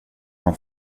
han